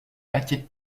petite